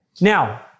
Now